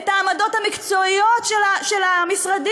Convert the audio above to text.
את העמדות המקצועיות של המשרדים?